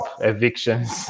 evictions